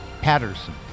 Patterson